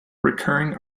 recurring